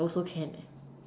also can